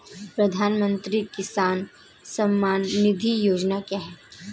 प्रधानमंत्री किसान सम्मान निधि योजना क्या है?